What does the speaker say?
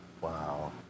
Wow